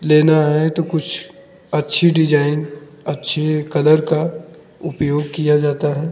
लेना है तो कुछ अच्छी डिजाइन अच्छे कलर का उपयोग किया जाता है